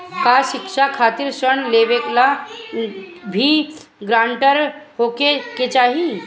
का शिक्षा खातिर ऋण लेवेला भी ग्रानटर होखे के चाही?